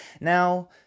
Now